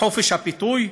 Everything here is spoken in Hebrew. חופש הביטוי?